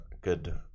good